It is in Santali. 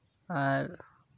ᱟᱨ